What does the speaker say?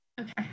Okay